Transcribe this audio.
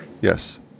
Yes